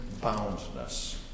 boundness